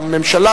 הממשלה,